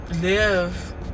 live